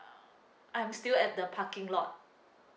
um I'm still at the parking lot